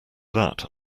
that